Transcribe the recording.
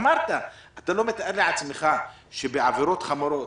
אמרת שאתה לא מתאר לעצמך שבעבירות חמורות,